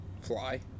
fly